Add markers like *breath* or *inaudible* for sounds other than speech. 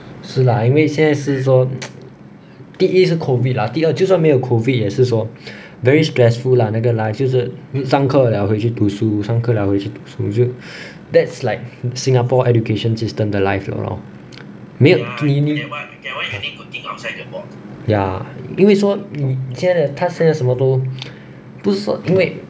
是啦因为现在是说 *noise* 第一是 COVID lah 第二就算没有 COVID 也是说 very stressful lah 那个 life 就是上课了回去读书上课了回去读书就 *breath* that's like singapore education system the life lor 没有你你 ya 因为说你现在它现在什么都不是说因为